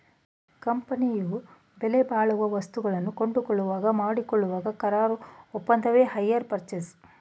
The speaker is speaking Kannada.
ಕಂಪನಿಯು ಬೆಲೆಬಾಳುವ ವಸ್ತುಗಳನ್ನು ಕೊಂಡುಕೊಳ್ಳುವಾಗ ಮಾಡಿಕೊಳ್ಳುವ ಕರಾರು ಒಪ್ಪಂದವೆ ಹೈರ್ ಪರ್ಚೇಸ್